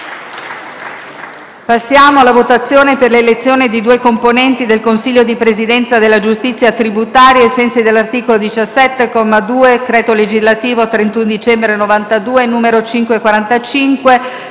Passiamo alla votazione per l'elezione di due componenti del consiglio di presidenza della giustizia tributaria, ai sensi dell'articolo 17, comma 2, del decreto legislativo 31 dicembre 1992, n. 545,